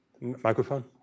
Microphone